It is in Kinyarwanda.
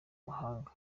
mahanga